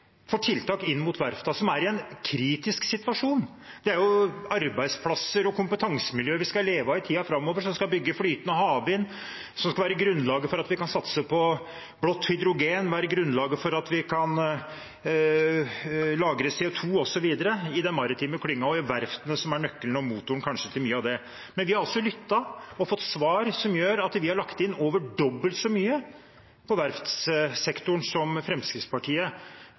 for tiltak for verftene, som er i en kritisk situasjon. Det er arbeidsplasser og kompetansemiljøer som vi skal leve av i tiden framover, som skal bygge flytende havvind, som skal være grunnlaget for at vi kan satse på blått hydrogen, grunnlaget for at vi kan lagre CO 2 , osv. – i den maritime klyngen og i verftene, som kanskje er nøkkelen til og motoren for mye av det. Vi har lyttet og fått svar som gjør at vi har lagt inn over dobbelt så mye til verftssektoren som Fremskrittspartiet.